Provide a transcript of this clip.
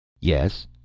Yes